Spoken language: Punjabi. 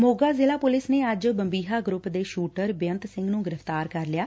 ਮੋਗਾ ਜ਼ਿਲਾ ਪਲਿਸ ਨੇ ਅੱਜ ਬੰਬੀਹਾ ਗਰੱਪ ਦੇ ਸੁਟਰ ਬੇਅੰਤ ਸਿੰਘ ਨੰ ਗਿਫਤਾਰ ਕਰ ਲਿਆ